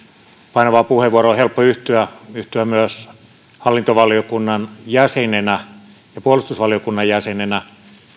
painavaan puheenvuoroon on helppo yhtyä yhtyä myös hallintovaliokunnan jäsenenä puolustusvaliokunnan jäsenenä